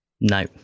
No